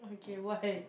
okay why